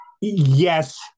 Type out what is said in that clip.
yes